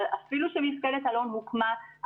אבל אפילו שמפקדת אלון הוקמה,